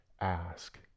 ask